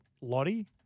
Lottie